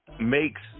makes